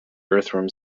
earthworm